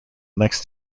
next